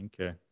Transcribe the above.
Okay